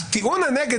טיעון הנגד,